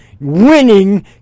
winning